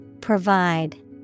Provide